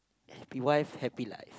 happy wife happy life